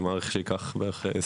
אני מעריך שזה ייקח 20